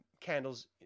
candles